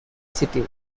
city